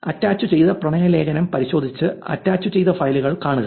അറ്റാച്ചുചെയ്ത പ്രണയലേഖനം പരിശോധിച്ച് അറ്റാച്ചുചെയ്ത ഫയലുകൾ കാണുക